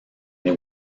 they